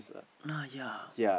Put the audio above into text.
ah ya